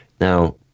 Now